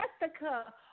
Jessica